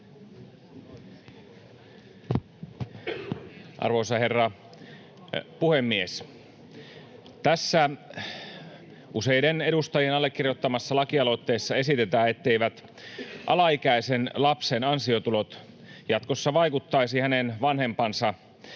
Arvoisa herra puhemies! Tässä useiden edustajien allekirjoittamassa lakialoitteessa esitetään, etteivät alaikäisen lapsen ansiotulot jatkossa vaikuttaisi hänen vanhempansa tekemässä